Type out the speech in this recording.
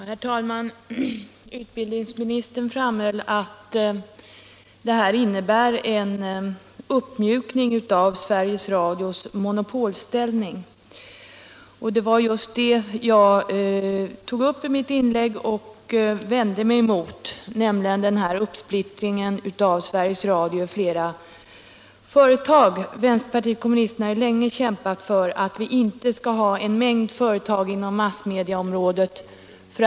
Herr talman! Utbildningsministern framhöll att utskottets ställningstagande innebär en uppmjukning av Sveriges Radios monopolställning. Det var just denna uppsplittring av Sveriges Radio på flera företag som jag vände mig emot i mitt inlägg. Vänsterpartiet kommunisterna har ju länge kämpat för att vi inte skall ha en mängd företag inom massmedieområdet.